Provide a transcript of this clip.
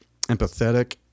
empathetic